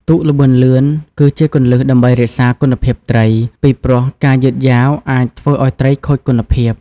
ទូកល្បឿនលឿន គឺជាគន្លឹះដើម្បីរក្សាគុណភាពត្រី ពីព្រោះការយឺតយ៉ាវអាចធ្វើឱ្យត្រីខូចគុណភាព។